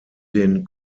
den